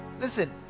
Listen